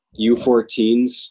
U14s